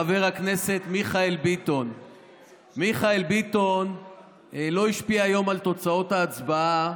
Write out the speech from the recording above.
מיכאל ביטון לא השפיע היום על תוצאות ההצבעה,